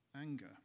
anger